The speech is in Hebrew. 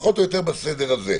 פחות או יותר בסדר הזה.